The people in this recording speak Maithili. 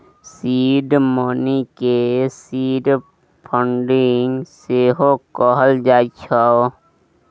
सीड मनी केँ सीड फंडिंग सेहो कहल जाइ छै